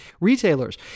retailers